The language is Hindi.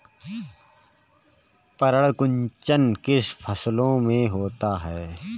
पर्ण कुंचन किन फसलों में होता है?